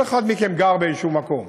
כל אחד מכם גר באיזשהו מקום,